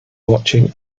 watching